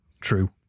true